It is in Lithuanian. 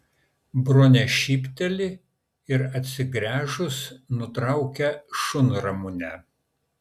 bronė šypteli ir atsigręžus nutraukia šunramunę